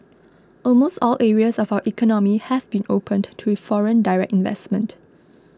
almost all areas of our economy have been opened to foreign direct investment